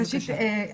ראשית,